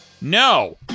no